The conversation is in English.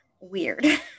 weird